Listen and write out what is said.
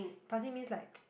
passing means like